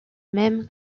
même